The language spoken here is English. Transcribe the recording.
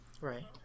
Right